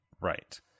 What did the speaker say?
right